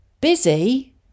busy